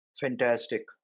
fantastic